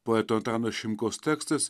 poeto antano šimkaus tekstas